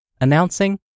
Announcing